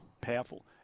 Powerful